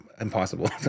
impossible